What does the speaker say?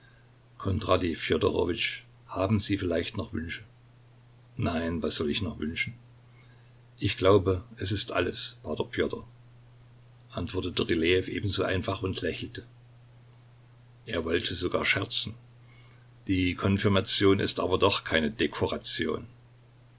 fjodorowitsch haben sie vielleicht noch wünsche nein was soll ich noch wünschen ich glaube es ist alles p pjotr antwortete rylejew ebenso einfach und lächelte er wollte sogar scherzen die konfirmation ist aber doch keine dekoration